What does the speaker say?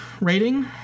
rating